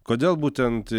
kodėl būtent